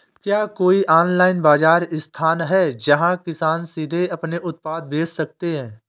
क्या कोई ऑनलाइन बाज़ार स्थान है जहाँ किसान सीधे अपने उत्पाद बेच सकते हैं?